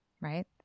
right